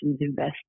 invest